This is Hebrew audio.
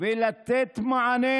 ולתת מענה.